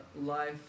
life